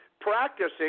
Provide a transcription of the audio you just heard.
practicing